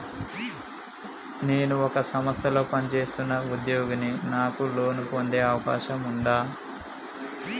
నేను ఒక సంస్థలో పనిచేస్తున్న ఉద్యోగిని నాకు లోను పొందే అవకాశం ఉందా?